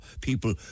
people